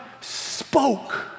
spoke